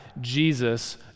Jesus